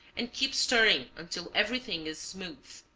and keep stirring until everything is smooth.